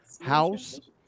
House